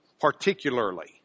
particularly